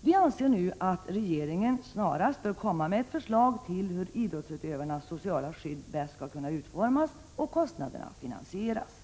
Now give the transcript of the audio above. Vi anser att regeringen nu snarast bör lägga fram ett förslag till hur idrottsutövarnas sociala skydd bäst skall kunna utformas och kostnaderna finansieras.